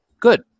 Good